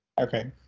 Okay